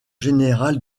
général